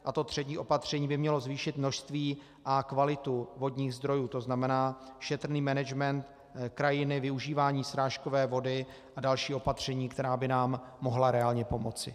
A třetí opatření by mělo zvýšit množství a kvalitu vodních zdrojů, to znamená šetrný management krajiny, využívání srážkové vody a další opatření, která by nám mohla reálně pomoci.